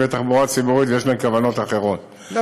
בתחבורה ציבורית ויש להם כוונות אחרות,